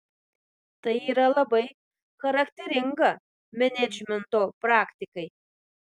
tai yra labai charakteringa menedžmento praktikai